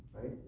Right